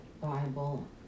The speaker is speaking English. Bible